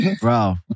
bro